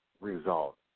result